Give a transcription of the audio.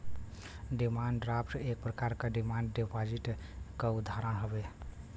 demand draft एक प्रकार क डिमांड डिपाजिट क उदाहरण हउवे